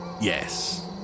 Yes